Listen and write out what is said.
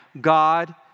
God